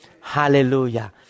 Hallelujah